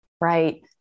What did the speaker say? Right